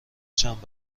چند